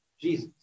Jesus